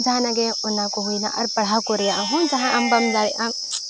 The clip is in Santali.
ᱡᱟᱦᱱᱟᱜ ᱜᱮ ᱚᱱᱟ ᱠᱚ ᱦᱩᱭᱮᱱᱟ ᱟᱨ ᱯᱟᱲᱦᱟᱣ ᱠᱚ ᱨᱮᱭᱟᱜ ᱦᱚᱸ ᱡᱟᱦᱟᱸ ᱟᱢ ᱵᱟᱢ ᱫᱟᱲᱮᱭᱟᱜ ᱟᱢ